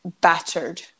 battered